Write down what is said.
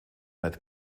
met